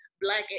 black